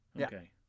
Okay